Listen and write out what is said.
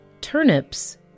turnips